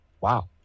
wow